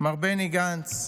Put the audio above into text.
מר בני גנץ,